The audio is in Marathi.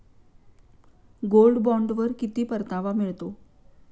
गोल्ड बॉण्डवर किती परतावा मिळतो?